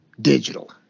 digital